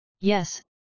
Yes